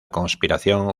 conspiración